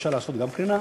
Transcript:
אפשר לעשות גם קרינה,